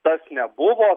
tas nebuvo